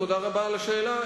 תודה רבה על השאלה,